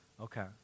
Okay